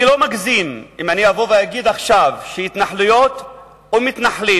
אני לא אגזים אם אני אבוא ואגיד עכשיו שההתנחלויות או המתנחלים